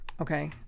okay